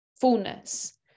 fullness